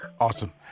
Awesome